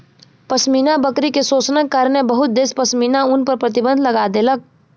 पश्मीना बकरी के शोषणक कारणेँ बहुत देश पश्मीना ऊन पर प्रतिबन्ध लगा देलक